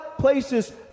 places